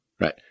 Right